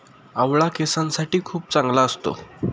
आवळा केसांसाठी खूप चांगला असतो